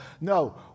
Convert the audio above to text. No